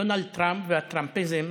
דונלד טראמפ והטראמפיזם,